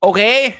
Okay